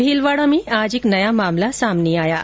भीलवाडा में आज एक नया मामला सामने आया है